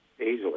easily